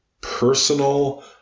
personal